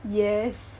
yes